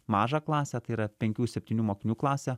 mažą klasę tai yra penkių septynių mokinių klasę